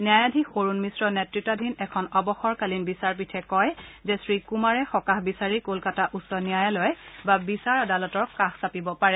ন্যায়াধীশ অৰুণ মিশ্ৰ নেতৃতাধীন এখন অৱসৰকালীন বিচাৰপীঠে কয় যে শ্ৰীকুমাৰে সকাহ বিচাৰি কলকাতা উচ্চ ন্যায়ালয় বা বিচাৰ আদালতৰ কাষ চাপিব পাৰে